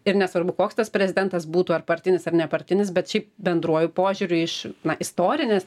ir nesvarbu koks tas prezidentas būtų ar partinis ar nepartinis bet šiaip bendruoju požiūriu iš istorinės